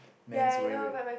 man's wear it